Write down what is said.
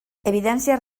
evidències